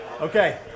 Okay